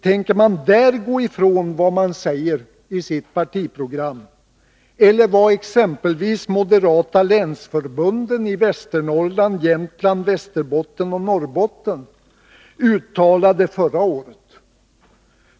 Tänker man gå ifrån vad man säger i sitt partiprogram eller vad exempelvis moderata länsförbunden i Västernorrland, Jämtland, Västerbotten och Norrbotten förra året uttalade?